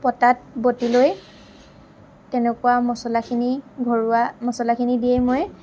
পটাত বটি লৈ তেনেকুৱা মছলাখিনি ঘৰুৱা মছলাখিনি দিয়েই মই